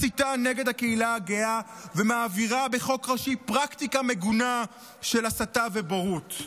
מסיתה נגד הקהילה הגאה ומעבירה בחוק ראשי פרקטיקה מגונה של הדרה ובורות.